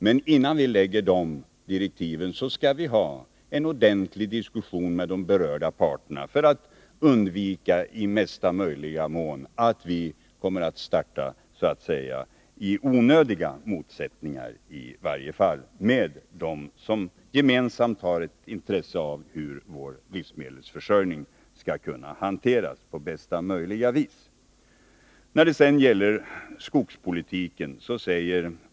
Men innan vi lägger fram de direktiven skall vi ha en ordentlig diskussion med berörda parter för att i mesta möjliga mån undvika att vi startar i onödiga motsättningar mellan dem som gemensamt har ett intresse av hur vår livsmedelsförsörjning skall kunna hanteras på bästa möjliga vis.